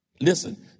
Listen